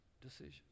decisions